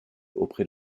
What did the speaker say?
auprès